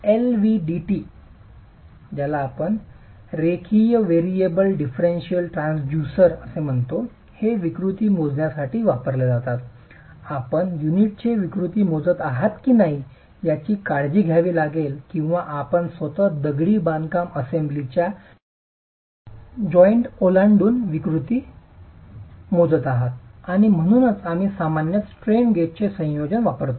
LVDT किंवा रेखीय variable differential transducer हे विकृती मोजण्यासाठी वापरले जातात आपण युनिटचे विकृती मोजत आहात की नाही याची काळजी घ्यावी लागेल किंवा आपण स्वत दगडी बांधकाम असेंब्लीच्या जॉइंट ओलांडून विकृती मोजत आहात आणि म्हणूनच आम्ही सामान्यत स्ट्रेन गेजचे संयोजन वापरतो